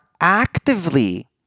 actively